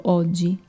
oggi